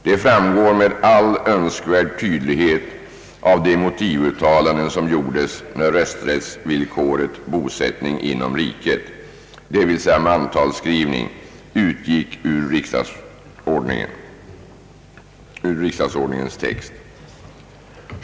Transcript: Detta framgår med all önskvärd tydlighet av de motivuttalanden som gjordes när rösträttsvillkoret »bosättning inom riket», dvs. mantalsskrivning, utgick ur riksdagsordningen.